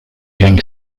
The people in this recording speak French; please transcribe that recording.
gang